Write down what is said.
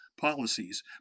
policies